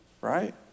right